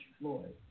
Floyd